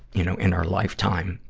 you know, in our lifetime.